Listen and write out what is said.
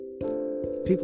People